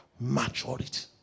Maturity